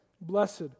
Blessed